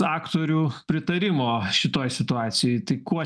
aktorių pritarimo šitoj situacijoj tai kuo